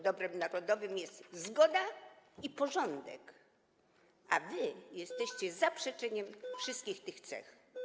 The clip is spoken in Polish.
Dobrem narodowym są zgoda i porządek, a wy jesteście zaprzeczeniem wszystkich tych cech.